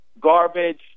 garbage